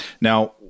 now